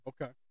Okay